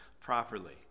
properly